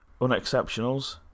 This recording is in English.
Unexceptionals